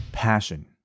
passion